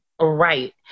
Right